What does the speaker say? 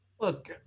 Look